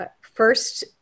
first